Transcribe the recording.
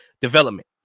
development